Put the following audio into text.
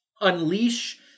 unleash